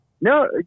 No